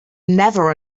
never